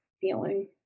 feeling